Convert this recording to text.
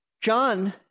John